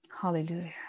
Hallelujah